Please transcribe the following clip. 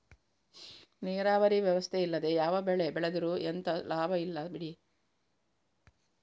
ನೀರಾವರಿ ವ್ಯವಸ್ಥೆ ಇಲ್ಲದೆ ಯಾವ ಬೆಳೆ ಬೆಳೆದ್ರೂ ಎಂತ ಲಾಭ ಇಲ್ಲ ಬಿಡಿ